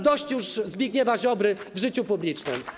Dość już Zbigniewa Ziobry w życiu publicznym.